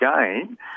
again